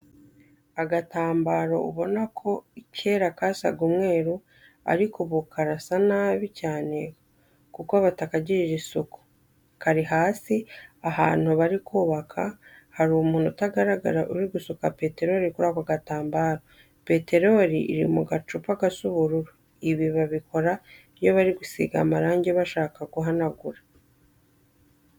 Agatambaro ubona ko kera kasaga umweru, ariko ubu karasa nabi cyane kuko batakagirira isuku. Kari hasi ahantu bari kubaka, hari umuntu utagaragara uri gusuka peterori kuri ako gatambaro, peterori iri mu gacupa gasa ubururu, ibi babikora iyo bari gusiga amarangi bashaka guhanagura.